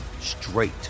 straight